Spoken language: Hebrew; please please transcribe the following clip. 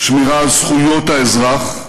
שמירה על זכויות האזרח,